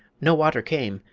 no water came,